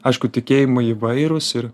aišku tikėjimai įvairūs ir